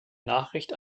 nachricht